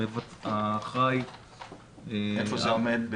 האחראי --- איפה זה עומד?